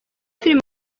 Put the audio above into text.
film